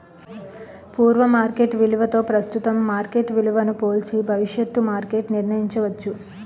పూర్వ మార్కెట్ విలువతో ప్రస్తుతం మార్కెట్ విలువను పోల్చి భవిష్యత్తు మార్కెట్ నిర్ణయించవచ్చు